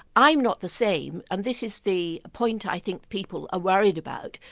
i'm not the same and this is the point i think people are worried about,